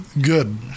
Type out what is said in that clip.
good